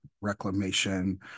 reclamation